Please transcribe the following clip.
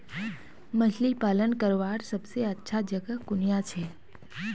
मछली पालन करवार सबसे अच्छा जगह कुनियाँ छे?